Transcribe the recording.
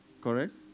Correct